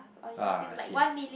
ah I see